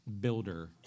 builder